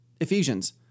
Ephesians